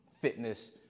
fitness